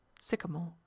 sycamore